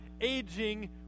aging